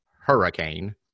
Hurricane